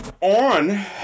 On